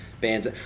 Bands